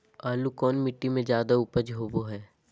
आलू कौन मिट्टी में जादा ऊपज होबो हाय?